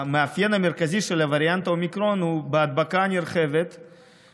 המאפיין המרכזי של וריאנט האומיקרון הוא הדבקה נרחבת,